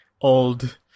old